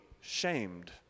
shamed